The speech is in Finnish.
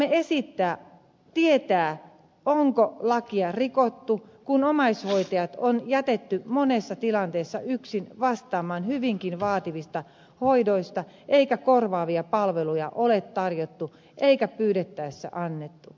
haluamme tietää onko lakia rikottu kun omaishoitajat on jätetty monessa tilanteessa yksin vastaamaan hyvinkin vaativista hoidoista eikä korvaavia palveluja ole tarjottu eikä pyydettäessä annettu